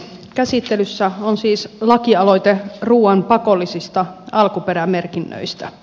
käsittelyssä on siis lakialoite ruuan pakollisista alkuperämerkinnöistä